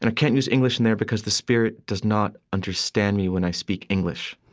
and can't use english in there, because the spirit does not understand me when i speak english.